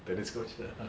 tennis coach